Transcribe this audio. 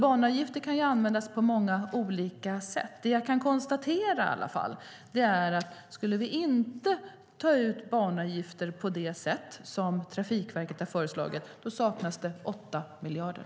Banavgifter kan alltså användas på många olika sätt. Jag kan dock konstatera att om vi inte skulle ta ut banavgifter på det sätt som Trafikverket har föreslagit saknas det 8 miljarder.